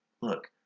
look